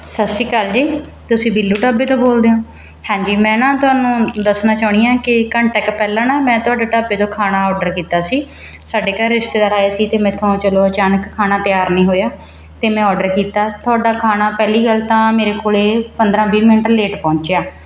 ਸਤਿ ਸ਼੍ਰੀ ਅਕਾਲ ਜੀ ਤੁਸੀਂ ਬਿੱਲੂ ਢਾਬੇ ਤੋਂ ਬੋਲਦੇ ਹੋ ਹਾਂਜੀ ਮੈਂ ਨਾ ਤੁਹਾਨੂੰ ਦੱਸਣਾ ਚਾਹੁੰਦੀ ਹਾਂ ਕਿ ਘੰਟਾ ਕੁ ਪਹਿਲਾਂ ਨਾ ਮੈਂ ਤੁਹਾਡਾ ਢਾਬੇ ਤੋਂ ਖਾਣਾ ਔਡਰ ਕੀਤਾ ਸੀ ਸਾਡੇ ਘਰ ਰਿਸ਼ਤੇਦਾਰ ਆਏ ਸੀ ਅਤੇ ਮੈਥੋਂ ਚਲੋ ਅਚਾਨਕ ਖਾਣਾ ਤਿਆਰ ਨਹੀਂ ਹੋਇਆ ਅਤੇ ਮੈਂ ਔਡਰ ਕੀਤਾ ਤੁਹਾਡਾ ਖਾਣਾ ਪਹਿਲੀ ਗੱਲ ਤਾਂ ਮੇਰੇ ਕੋਲੇ ਪੰਦਰ੍ਹਾਂ ਵੀਹ ਮਿੰਟ ਲੇਟ ਪਹੁੰਚਿਆ